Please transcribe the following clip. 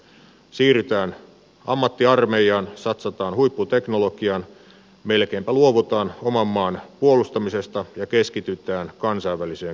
siirrytään ammattiarmeijaan satsataan huipputeknologiaan melkeinpä luovutaan oman maan puolustamisesta ja keskitytään kansainväliseen kriisinhallintaan